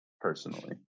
personally